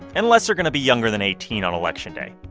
and unless you're going to be younger than eighteen on election day,